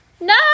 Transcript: No